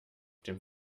dem